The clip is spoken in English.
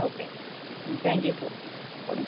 okay thank you for calling